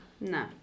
No